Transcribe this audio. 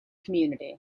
community